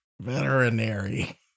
Veterinary